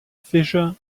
fissure